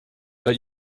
but